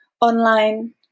online